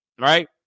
Right